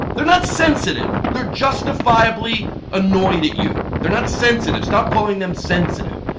they're not sensitive they're justifiably annoyed at you. they're not sensitive. stop calling them sensitive.